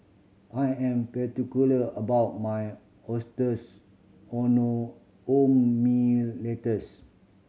I am particular about my oysters letters